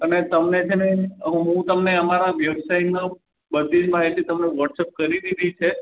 અને તમને છે ને હું તમને અમારા વ્યવસાયનો બધી જ માહિતી તમને વ્હાસ્ટએપ કરી દીધી છે